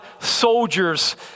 soldiers